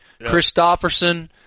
Christofferson